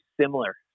similar